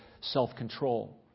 self-control